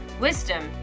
wisdom